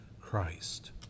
Christ